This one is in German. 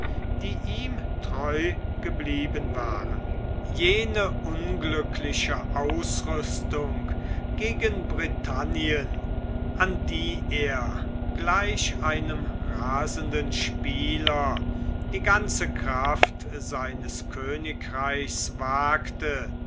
die ihm treu geblieben waren jene unglückliche ausrüstung gegen britannien an die er gleich einem rasenden spieler die ganze kraft seines königreichs wagte